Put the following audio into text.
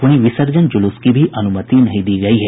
वहीं विसर्जन जुलूस की अनुमति भी नहीं दी गयी है